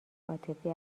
عاطفی